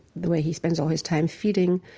the way he spends all his time feeding,